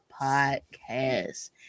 Podcast